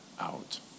out